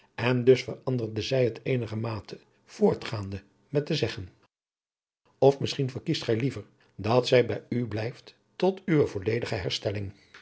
en dus veranderde zij het eenigermate voortgaande met te zeggen of misschien verkiest gij liever dat zij bij u blijft tot uwe volledige herstelling